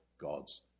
God's